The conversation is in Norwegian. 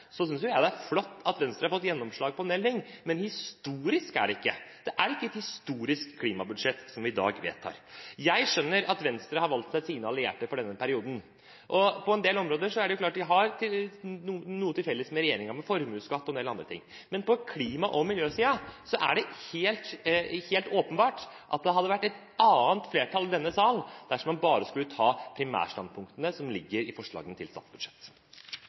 Jeg synes jo det er flott at Venstre har fått gjennomslag for en del ting, men «historisk» er det ikke – det er ikke et historisk klimabudsjett vi i dag vedtar. Jeg skjønner at Venstre har valgt seg sine allierte for denne perioden, og på en del områder er det klart at de har noe til felles med regjeringen – formuesskatt og en del andre ting. Men på klima- og miljøsiden er det helt åpenbart at det hadde vært et annet flertall i denne sal dersom man bare skulle ta primærstandpunktene som ligger i forslagene til statsbudsjett.